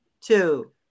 two